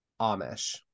Amish